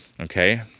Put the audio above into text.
Okay